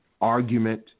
argument